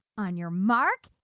on your mark,